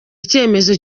icyemezo